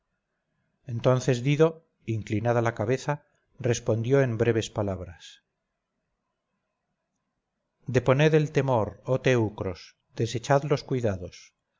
entonces dido inclinada la cabeza respondió en breves palabras deponed el temor oh teucros desechad los cuidados